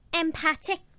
Empathic